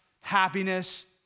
happiness